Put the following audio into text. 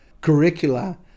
curricula